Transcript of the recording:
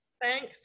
Thanks